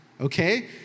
okay